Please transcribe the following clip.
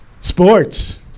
Sports